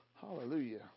Hallelujah